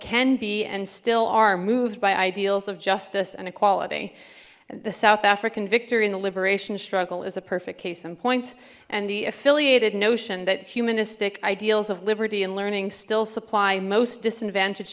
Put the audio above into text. can be and still are moved by ideals of justice and equality and the south african victory in the liberation struggle is a perfect case in point and the affiliated notion that humanistic ideals of liberty and learning still supply most disadvantaged